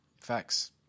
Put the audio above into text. Facts